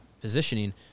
positioning